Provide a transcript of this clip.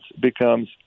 becomes